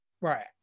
right